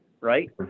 right